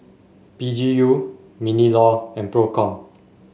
P G U Minlaw and Procom